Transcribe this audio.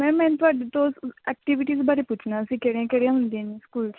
ma'am ਮੈਨੂੰ ਤੁਹਾਡੇ ਤੋਂ ਐਕਟੀਵਿਟੀਜ਼ ਬਾਰੇ ਪੁੱਛਣਾ ਸੀ ਕਿਹੜੀਆਂ ਕਿਹੜੀਆਂ ਹੁੰਦੀਆਂ ਨੇ ਸਕੂਲ 'ਚ